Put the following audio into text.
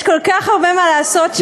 יש כל כך הרבה מה לעשות שם,